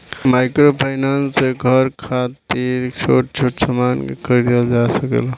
microfinance से घर खातिर छोट छोट सामान के खरीदल जा सकेला